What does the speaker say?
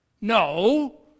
No